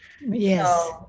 Yes